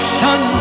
sun